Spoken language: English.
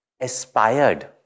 aspired